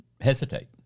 hesitate